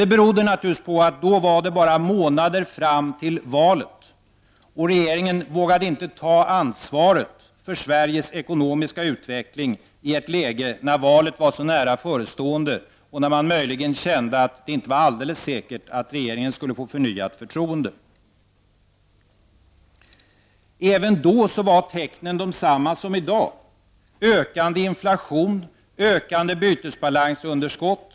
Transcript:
Det berodde naturligtvis på att det då var bara några månader kvar fram till valet, och regeringen vågade inte ta ansvaret för Sveriges ekonomiska utveckling i ett läge när valet var så nära förestående och regeringen möjligen kände att det inte var alldeles säkert att den skulle få förnyat förtroende. Även då var tecknen desamma — ökande inflation och ökande bytesbalansunderskott.